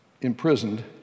imprisoned